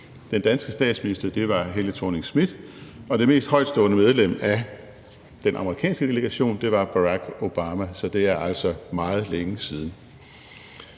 den danske statsminister var Helle Thorning-Schmidt, og det mest højtstående medlem af den amerikanske delegation var Barack Obama. Så det er altså meget længe siden.